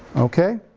okay.